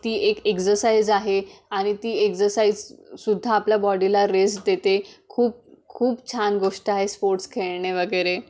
ती एक एक्झसाईज आहे आणि ती एक्झरसाईजसुद्धा आपल्या बॉडीला रेस्ट देते खूप खूप छान गोष्ट आहे स्पोर्ट्स खेळणे वगेरे